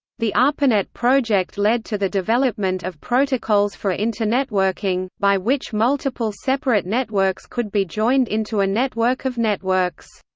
the arpanet project led to the development of protocols for internetworking, by which multiple separate networks could be joined into a network of networks.